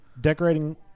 decorating